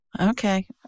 Okay